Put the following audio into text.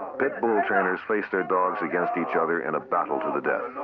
pit bull trainers face their dogs against each other in a battle to the death.